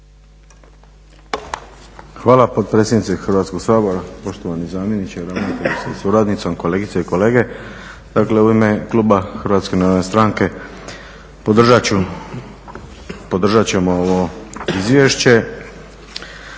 Hvala potpredsjednice Hrvatskog sabora. Poštovani zamjeniče, ravnatelju sa suradnicom. Kolegice i kolege. Dakle u ime kluba HNS-a podržat ćemo ovo izvješće.